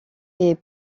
est